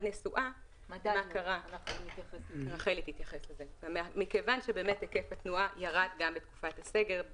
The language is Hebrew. נסועה מה קרה מכיוון שהיקף התנועה ירד גם בתקופת הסגר,